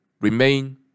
remain